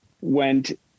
went